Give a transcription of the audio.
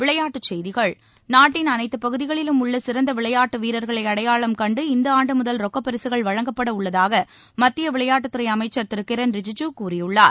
விளையாட்டுச்செய்திகள் நாட்டின் அனைத்துப் பகுதிகளிலும் உள்ள சிறந்த விளையாட்டு வீரர்களை அடையாளம் கண்டு இந்த ஆண்டு முதல் ரொக்கப் பரிசுகள் வழங்கப்பட உள்ளதாக மத்திய விளையாட்டுத்துறை அமைச்சர் திரு கிரண் ரிஜிஜூ கூறியுள்ளார்